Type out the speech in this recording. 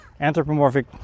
anthropomorphic